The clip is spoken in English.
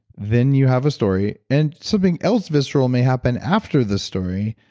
then you have a story and something else visceral may happen after the story.